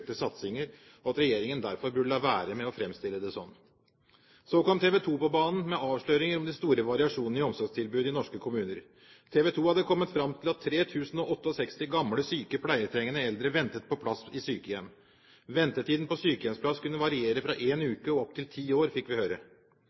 økte satsinger, og at regjeringen derfor burde la være med å framstille det sånn. Så kom TV 2 på banen med avsløringer om de store variasjonene i omsorgstilbudet i norske kommuner. TV 2 hadde kommet fram til at 3 068 gamle, syke pleietrengende eldre ventet på plass i sykehjem. Ventetiden på sykehjemsplass kunne variere fra én uke og opp til ti år, fikk vi høre.